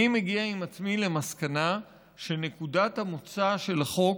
אני מגיע עם עצמי למסקנה שנקודת המוצא של החוק,